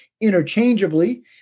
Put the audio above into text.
interchangeably